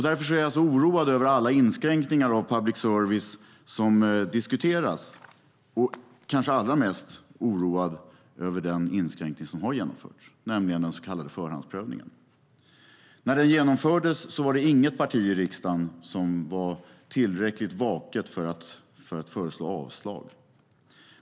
Därför är jag så oroad över alla inskränkningar av public service som diskuteras, och kanske allra mest oroad över den inskränkning som har genomförts, nämligen den så kallade förhandsprövningen. När den genomfördes var det inget parti i riksdagen som var tillräckligt vaket för att föreslå avslag.